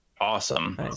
Awesome